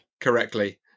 correctly